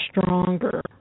stronger